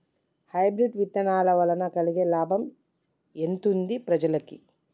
Hybrid విత్తనాల వలన కలిగే లాభం ఎంతుంది ప్రజలకి?